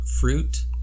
fruit